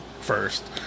first